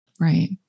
Right